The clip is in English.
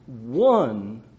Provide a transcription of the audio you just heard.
one